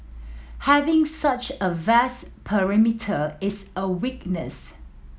having such a vast perimeter is a weakness